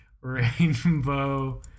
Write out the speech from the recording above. Rainbow